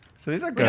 so these are